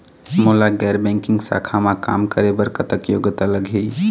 मोला गैर बैंकिंग शाखा मा काम करे बर कतक योग्यता लगही?